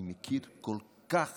אני מכיר כל כך